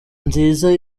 nziza